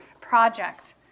project